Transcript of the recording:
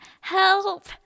Help